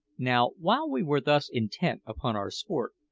now, while we were thus intent upon our sport,